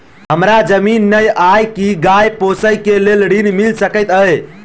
हमरा जमीन नै अई की गाय पोसअ केँ लेल ऋण मिल सकैत अई?